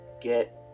get